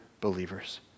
believers